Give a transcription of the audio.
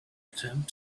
attempt